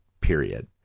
period